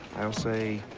i'll say,